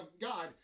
God